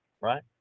right